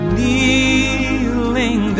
Kneeling